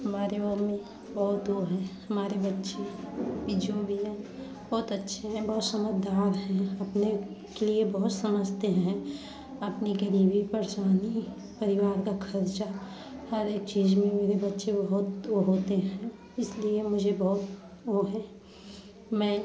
हमारी मम्मी बहुत वो हैं हमारे बच्चे भी जो भी हैं बहुत अच्छे हैं बहुत समझदार हैं अपने के लिए बहुत समझते हैं अपनी गरीबी परेशानी परिवार का खर्चा हर एक चीज में मेरे बच्चे बहुत वो होते हैं इसलिए मुझे बहुत वो है मैं